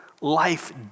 life